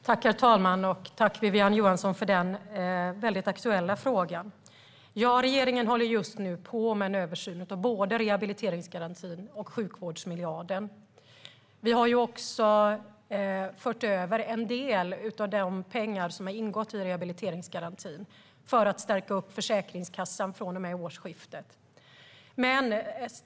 Herr talman! Jag tackar Wiwi-Anne Johansson för den väldigt aktuella frågan. Regeringen håller just nu på med en översyn av både rehabiliteringsgarantin och sjukvårdsmiljarden. Vi har också fört över en del av de pengar som har ingått i rehabiliteringsgarantin för att stärka Försäkringskassan från och med årsskiftet.